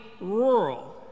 rural